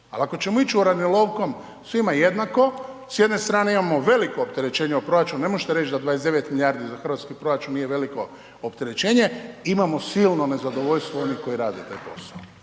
Ali ako ćemo ići uranilovkom svima jednako, s jedne strane imamo veliko opterećenje o proračunu, ne možete reći da 29 milijardi za hrvatski proračun nije veliko opterećenje, imamo silno nezadovoljstvo onih koji rade taj posao.